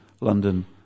London